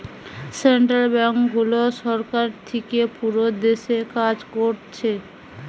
central ব্যাংকগুলো সরকার থিকে পুরো দেশে কাজ কোরছে